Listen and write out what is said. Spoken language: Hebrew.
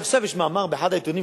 ועכשיו יש מאמר באחד העיתונים,